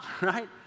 right